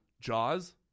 Jaws